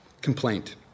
Complaint